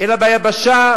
אלא ביבשה,